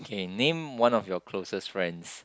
okay name one of your closest friends